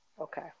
Okay